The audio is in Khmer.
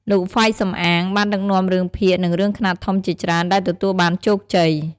លោក ហ្វៃ សំអាង បានដឹកនាំរឿងភាគ និងរឿងខ្នាតធំជាច្រើនដែលទទួលបានជោគជ័យ។